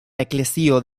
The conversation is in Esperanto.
eklezio